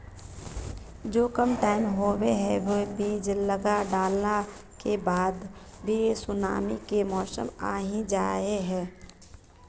जो कम टाइम होये है वो बीज लगा डाला के बाद भी सुनामी के मौसम आ ही जाय है?